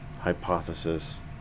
hypothesis